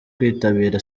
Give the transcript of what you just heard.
kwitabira